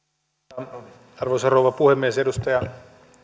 arvoisa arvoisa rouva puhemies edustaja